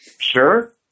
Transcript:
sure